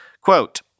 Quote